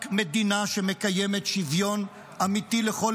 רק מדינה שמקיימת שוויון אמיתי לכל